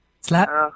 Slap